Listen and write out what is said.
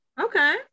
Okay